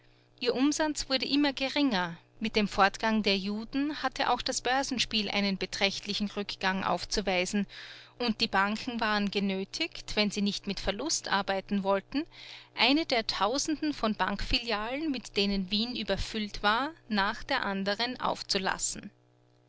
ihr umsatz wurde immer geringer mit dem fortgang der juden hatte auch das börsenspiel einen beträchtlichen rückgang aufzuweisen und die banken waren genötigt wenn sie nicht mit verlust arbeiten wollten eine der tausenden von bankfilialen mit denen wien überfüllt war nach der anderen aufzulassen